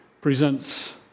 presents